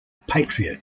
patriot